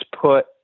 put